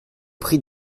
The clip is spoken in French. prix